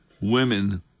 women